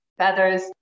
Feathers